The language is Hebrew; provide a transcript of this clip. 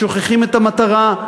שוכחים את המטרה,